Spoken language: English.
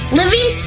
living